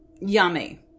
yummy